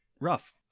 rough